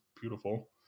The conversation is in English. beautiful